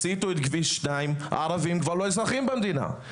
הסיטו את כביש 2 כאילו הערבים כבר לא אזרחים במדינה.